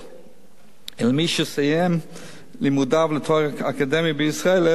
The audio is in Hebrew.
ולמי שסיים לימודיו לתואר אקדמי בישראל ערב תחילת החוק,